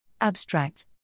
Abstract